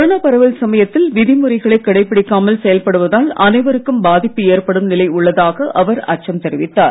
corona பரவல் சமயத்தில் விதிமுறைகளை கடைபிடிக்காமல் செயல்படுவதால் அனைவருக்கும் பாதிப்பு ஏற்படும் நிலைமை உள்ளதாக அவர் அச்சம் தெரிவித்தார்